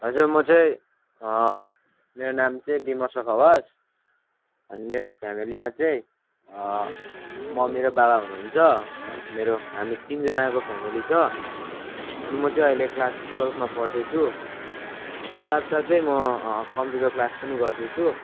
हजुर म चाहिँ मेरो नाम चाहिँ बिमर्श खवास अनि मेरो फेमिलीमा चाहिँ ममी र बाबा हुनुहन्छ मेरो हामी तिनजनाको फेमिली छ अनि म चाहिँ अहिले क्लास टुएल्भमा पढ्दैछु अनि साथ साथै म कम्प्युटर क्लास पनि गर्दैछु